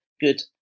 good